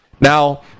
Now